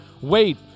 wait